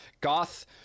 goth